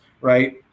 right